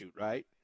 right